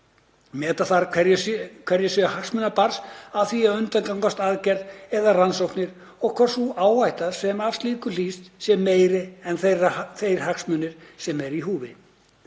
Meta þarf hverjir séu hagsmunir barns af því að undirgangast aðgerð eða rannsókn og hvort sú áhætta sem af slíku hlýst sé meiri en þeir hagsmunir sem eru í húfi.